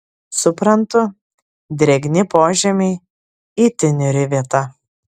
suprantu drėgni požemiai itin niūri vieta